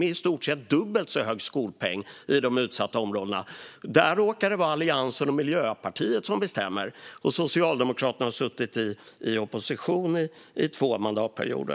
De utsatta områdena har i stort sett dubbelt så hög skolpeng. Det råkar vara Alliansen och Miljöpartiet som bestämmer i Stockholm, och Socialdemokraterna har suttit i opposition i två mandatperioder.